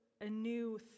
anew